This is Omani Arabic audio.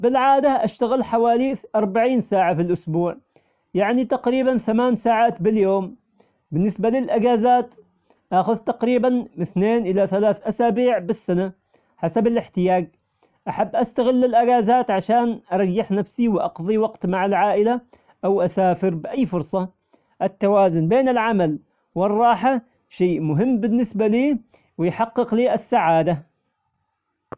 بالعادة أشتغل حوالي أربعين ساعة في الأسبوع، يعني تقريبا ثمان ساعات باليوم، بالنسبة للإجازات أخذ تقريبا من اثنين إلى ثلاث أسابيع بالسنة، حسب الإحتياج، أحب أستغل الإجازات عشان أريح نفسي وأقظي وقت مع العائلة، أو أسافر بأي فرصة، التوازن بين العمل والراحة شيء مهم بالنسبة لي ويحقق لي السعادة.